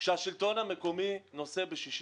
כאשר השלטון המקומי נושא ב-60%.